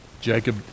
Jacob